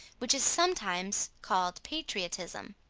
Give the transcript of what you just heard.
which is sometimes called patriotism.